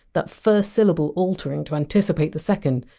that first syllable altering to anticipate the second,